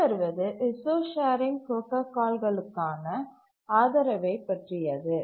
பின்வருவது resource sharing புரோடாகால்களுக்கான ஆதரவைப் பற்றியது